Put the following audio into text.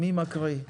מי מקריא?